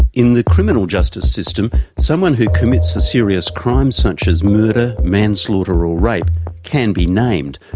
in the criminal justice system, someone who commits a serious crime such as murder, manslaughter or rape can be named,